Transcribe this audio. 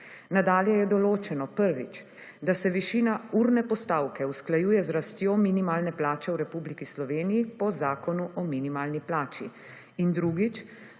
nadalje je določeno, prvič, da se višina urne postavke usklajuje z rastjo minimalne plače v Republiki Sloveniji po Zakonu o minimalni plači. In drugič.